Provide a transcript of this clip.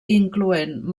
incloent